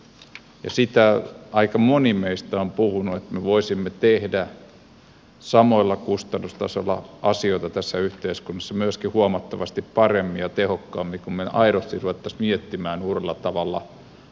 ja sitä aika moni meistä on puhunut että me voisimme tehdä samoilla kustannustasoilla asioita tässä yhteiskunnassa myöskin huomattavasti paremmin ja tehokkaammin kun me aidosti rupeaisimme miettimään uudella tavalla asioita